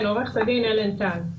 קנס) (תיקון),